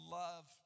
love